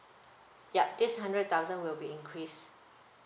yup this hundred thousand will be increase